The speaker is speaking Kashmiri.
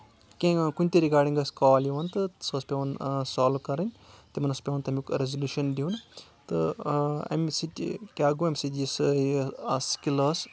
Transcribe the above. کینٛہہ کُنہِ تہِ رِگارڈِنٛگ ٲسۍ کال یِوان تہٕ سُہ ٲس پؠوان سالو کَرٕنۍ تِمن اوس پؠوان تَمیُک ریزلیوشَن دیُن تہٕ اَمہِ سۭتۍ کیاہ گوٚو اَمہِ سۭتۍ یہِ سِکِل ٲس